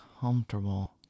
comfortable